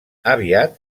aviat